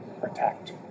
protect